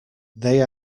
they